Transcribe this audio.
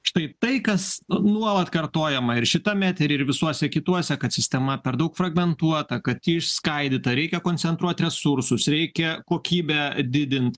štai tai kas nuolat kartojama ir šitam etery ir visuose kituose kad sistema per daug fragmentuota kad ji išskaidyta reikia koncentruot resursus reikia kokybę didint